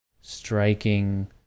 striking